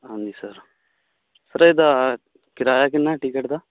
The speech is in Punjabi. ਹਾਂਜੀ ਸਰ ਸਰ ਇਹਦਾ ਕਿਰਾਇਆ ਕਿੰਨਾ ਟਿਕਟ ਦਾ